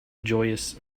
joyous